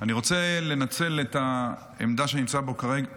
אני רוצה לנצל את העמדה שאני נמצא בה כרגע